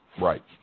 Right